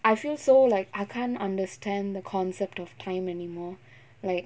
I feel so like I can't understand the concept of time anymore like